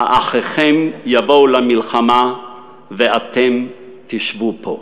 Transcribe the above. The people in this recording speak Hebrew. "האחיכם יבאו למלחמה ואתם תשבו פה?"